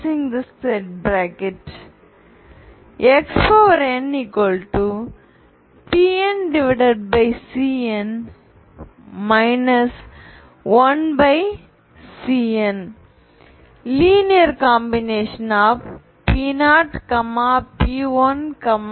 Pn 1 xnPnCn 1Cnலீனியர் combination ஆஃப்P0P1